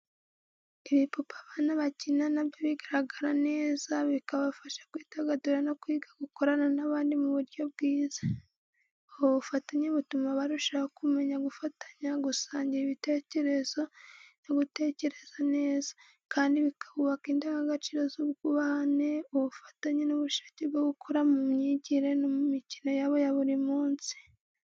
Ibipupe abana bakina na byo bigaragara neza, bikabafasha kwidagadura no kwiga gukorana n’abandi mu buryo bwiza. Ubu bufatanye butuma barushaho kumenya gufatanya, gusangira ibitekerezo no gutekereza neza, kandi bikubaka indangagaciro z’ubwubahane, ubufatanye n’ubushake bwo gukura mu myigire no mu mikino yabo ya buri munsi.